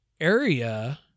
area